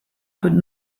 but